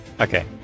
Okay